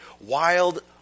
wild